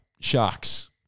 Sharks